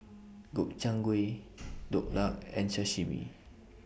Gobchang Gui Dhokla and Sashimi